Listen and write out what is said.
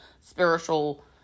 spiritual